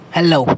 Hello